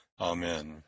Amen